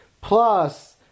Plus